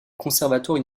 conservatoire